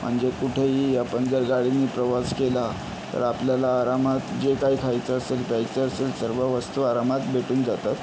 म्हणजे कुठंही आपण जर गाडीनी प्रवास केला तर आपल्याला आरामात जे काही खायचं असेल प्यायचं असेल सर्व वस्तू आरामात भेटून जातात